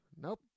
Nope